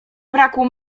braku